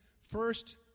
first